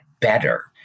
better